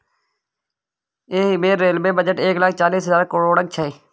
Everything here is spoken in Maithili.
एहि बेर रेलबे बजट एक लाख चालीस करोड़क छै